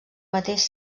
mateix